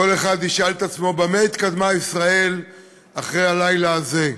כל אחד ישאל את עצמו: במה התקדמה ישראל אחרי הלילה הזה?